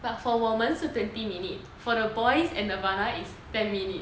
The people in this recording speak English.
but for 我们是 twenty minute for the boys and nirvana it's ten minute